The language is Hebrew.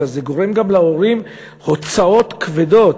אלא זה גורם גם להורים הוצאות כבדות?